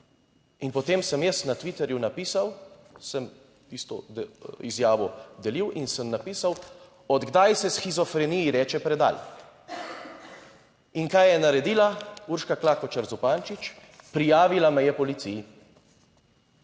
In potem sem jaz na Twitterju napisal, sem tisto izjavo delil in sem napisal, "od kdaj se shizofreniji reče predal". In kaj je naredila Urška Klakočar Zupančič, prijavila me je policiji.